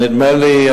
נדמה לי,